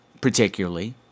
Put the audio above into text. particularly